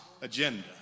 agenda